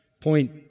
point